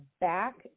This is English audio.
back